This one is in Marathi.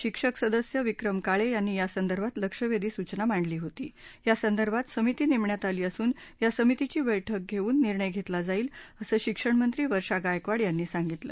शिक्षक सदस्य विक्रम काळे यांनी यासंदर्भात लक्षवेधी सूचना मांडली होती यासंदर्भात समिती नेमण्यात आली असून या समितीची बैठक घेऊन निर्णय घेतला जाईल असं शिक्षण मंत्री वर्षा गायकवाड यांनी सांगितलं